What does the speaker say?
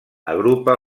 agrupa